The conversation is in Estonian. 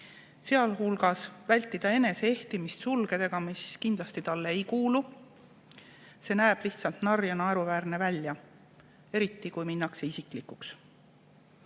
sealhulgas vältida enese ehtimist sulgedega, mis kindlasti talle ei kuulu. See näeb lihtsalt narr ja naeruväärne välja, eriti kui minnakse isiklikuks.